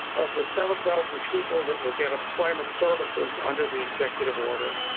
of the seven thousand people that will get employment services under the executive order,